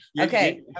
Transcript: Okay